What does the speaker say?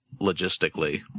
logistically